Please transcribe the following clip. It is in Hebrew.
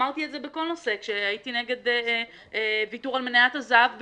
אמרתי את זה בכל נושא כשהייתי נגד ויתור על מניית הזהב בצים.